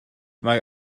mae